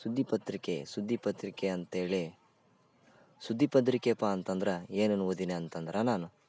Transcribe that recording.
ಸುದ್ದಿ ಪತ್ರಿಕೆ ಸುದ್ದಿ ಪತ್ರಿಕೆ ಅಂತ್ಹೇಳಿ ಸುದ್ದಿ ಪತ್ರಿಕೇಪ ಅಂತಂದ್ರೆ ಏನೇನು ಓದಿದ್ದೀನಿ ಅಂತಂದ್ರೆ ನಾನು